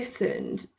listened